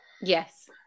yes